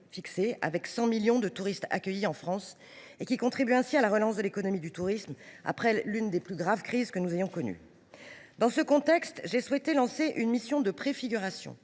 fixés – 100 millions de touristes accueillis en France – et qui contribue ainsi à la relance de l’économie du tourisme, après l’une des plus graves crises que nous ayons connues. Dans ce contexte, j’ai souhaité lancer une mission de préfiguration,